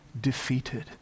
defeated